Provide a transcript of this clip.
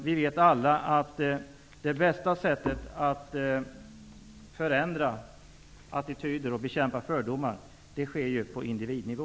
Vi vet alla att det bästa sättet att förändra attityder och bekämpa fördomar är att göra det på individnivå.